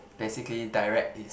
basically direct is